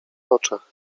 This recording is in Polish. oczach